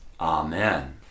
Amen